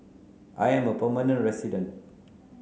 I am a permanent resident